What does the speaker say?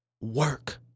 Work